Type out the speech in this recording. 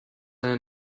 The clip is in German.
eine